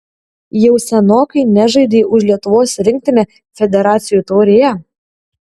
jau senokai nežaidei už lietuvos rinktinę federacijų taurėje